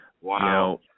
Wow